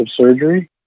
surgery